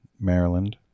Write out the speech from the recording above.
Maryland